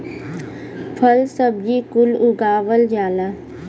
फल सब्जी कुल उगावल जाला